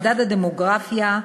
מדד הדמוגרפיה,